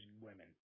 women